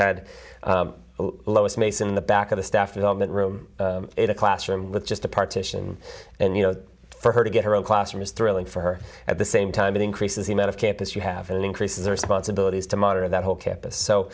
had mates in the back of the staff development room in a classroom with just a partition and you know for her to get her own classroom is thrilling for her at the same time it increases the amount of campus you have it increases the responsibilities to monitor that whole campus so